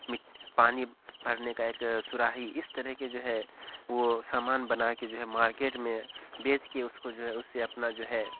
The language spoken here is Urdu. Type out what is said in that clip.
پانی پھرنے کا ایک صراحی اس طرح کے جو ہے وہ سامان بنا کے جو ہے مارکیٹ میں بیچ کے اس کو جو ہے اس سے اپنا جو ہے